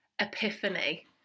epiphany